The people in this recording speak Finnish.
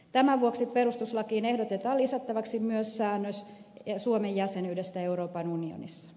tämän vuoksi perustuslakiin ehdotetaan lisättäväksi myös säännös suomen jäsenyydestä euroopan unionissa